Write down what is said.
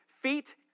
feet